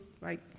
right